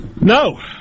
No